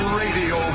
radio